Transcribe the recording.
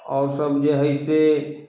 आओर सभ जे हइ से